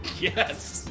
Yes